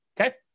Okay